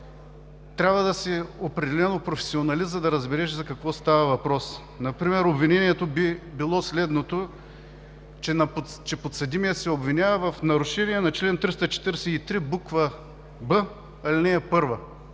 трябва да си определено професионалист, за да разбереш за какво става въпрос. Например, обвинението би било следното – че подсъдимият се обвинява в нарушение на чл. 343, буква „б“ на ал.